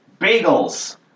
bagels